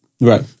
Right